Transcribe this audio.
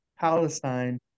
Palestine